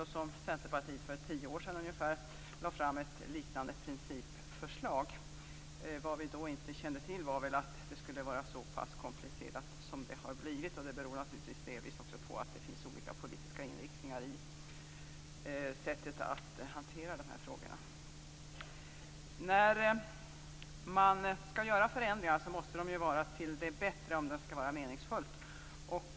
För ungefär tio år sedan lade Centerpartiet fram ett liknande principförslag. Vad vi då inte kände till var väl att det skulle bli så komplicerat som det har blivit. Det beror naturligtvis delvis på att det finns olika politiska inriktningar i sättet att hantera de här frågorna. När förändringar skall göras måste de vara till det bättre för att det skall vara meningsfullt att ändra.